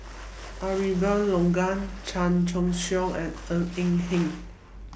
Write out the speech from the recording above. Abraham Logan Chan Choy Siong and Ng Eng Hen